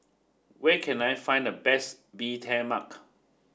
where can I find the best Bee Tai Mak